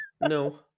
no